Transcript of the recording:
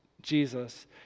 Jesus